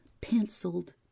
penciled